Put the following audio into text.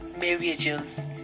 marriages